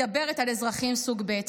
מדברת על אזרחים סוג ב'.